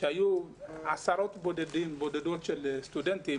שהיו בהם רק עשרות בודדות של סטודנטים,